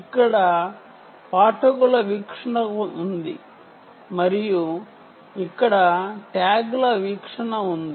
ఇక్కడ పాఠకుల వీక్షణ ఉంది మరియు ఇక్కడ ట్యాగ్ల వీక్షణ ఉంది